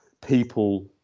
people